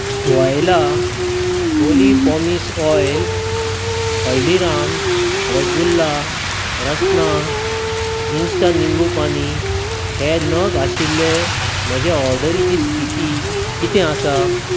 voila olive pomace तेल Haldiram's rasgulla Rasna Insta निंबुपानी हे नग आशिल्ले म्हजे ऑर्डरीची स्थिती कितें आसा